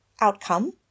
outcome